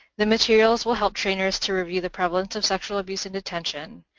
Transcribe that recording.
the materials will help trainers to review the prevalence of sexual abuse in detention